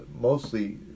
Mostly